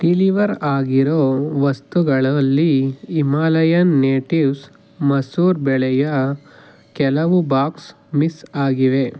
deliver ಆಗಿರೋ ವಸ್ತುಗಳಲ್ಲಿ Himalayan natives ಮಸೂರ್ ಬೆಳೆಯ ಕೆಲವು ಬಾಕ್ಸ್ ಮಿಸ್ ಆಗಿವೆ